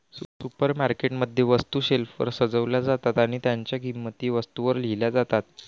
supermarket मध्ये, वस्तू शेल्फवर सजवल्या जातात आणि त्यांच्या किंमती वस्तूंवर लिहिल्या जातात